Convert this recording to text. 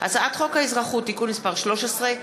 הצעת חוק האזרחות (תיקון מס' 13),